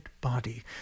body